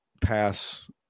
pass